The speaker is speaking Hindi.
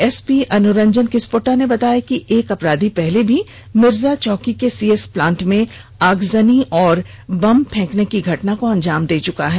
एसपी अनुरंजन किस्पोट्टा ने बताया की एक अपराधी पहले भी मिर्जाचौकी के सीएस प्लांट में आगजनी व बम फेंकने की घटना को अंजाम दे चुका है